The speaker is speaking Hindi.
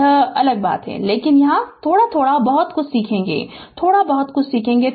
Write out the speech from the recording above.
यह अलग बात है लेकिन यहाँ थोड़ा थोड़ा बहुत कुछ सीखेगे थोड़ा बहुत कुछ सीखेगे